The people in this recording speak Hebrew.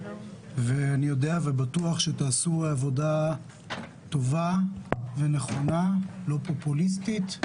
אני בטוח שתעשו עבודה טובה ונכונה ולא פופוליסטית.